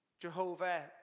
Jehovah